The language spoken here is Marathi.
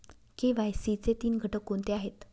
के.वाय.सी चे तीन घटक कोणते आहेत?